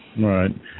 Right